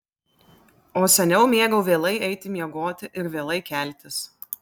o seniau mėgau vėlai eiti miegoti ir vėlai keltis